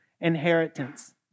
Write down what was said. inheritance